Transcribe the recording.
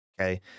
Okay